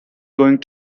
going